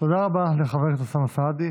תודה רבה לחבר הכנסת אוסאמה סעדי.